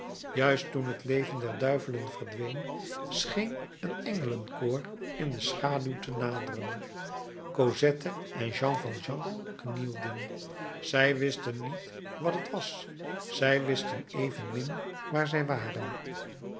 juist toen het leven der duivelen verdween scheen een engelenkoor in de schaduw te naderen cosette en jean valjean knielden zij wisten niet wat het was zij wisten evenmin waar zij waren